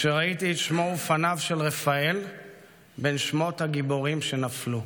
כשראיתי את שמו ופניו של רפאל בין שמות הגיבורים שנפלו.